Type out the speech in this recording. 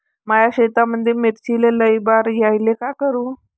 माया शेतामंदी मिर्चीले लई बार यायले का करू?